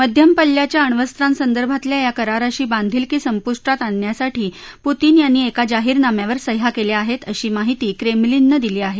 मध्यम पल्ल्याच्या अण्वस्त्रांसंदर्भातल्या या कराराशी बांधिलकी संपुष्टात आणण्यासाठी पुतीन यांनी एका जाहीरनाम्यावर सह्या केल्या आहेत अशी माहिती क्रेमलिननं दिली आहे